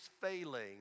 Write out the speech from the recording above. failing